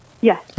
Yes